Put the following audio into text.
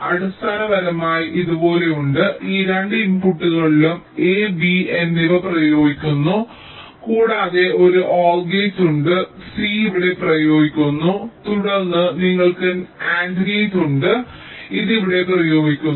അടിസ്ഥാനപരമായി ഞങ്ങൾക്ക് ഇതുപോലെ ഉണ്ട് ഈ രണ്ട് ഇൻപുട്ടുകളിലും a b എന്നിവ പ്രയോഗിക്കുന്നു കൂടാതെ ഞങ്ങൾക്ക് ഒരു OR ഗേറ്റ് ഉണ്ട് c ഇവിടെ പ്രയോഗിക്കുന്നു തുടർന്ന് നിങ്ങൾക്ക് AND ഗേറ്റ് ഉണ്ട് ഇത് ഇവിടെ പ്രയോഗിക്കുന്നു